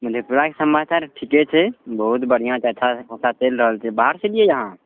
मधेपुराके समाचार ठीके छै बहुत बढ़िऑं छै अच्छा खासा चैलि रहल छै बाहर सऽ अयलिए अहाँ